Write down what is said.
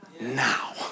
now